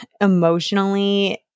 emotionally